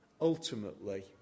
ultimately